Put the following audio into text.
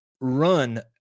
run